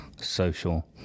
social